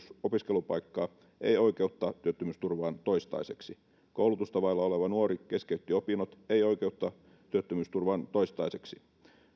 opiskelupaikkaa ei oikeutta työttömyysturvaan toistaiseksi koulutusta vailla oleva nuori keskeytti opinnot ei oikeutta työttömyysturvaan toistaiseksi